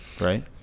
right